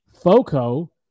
Foco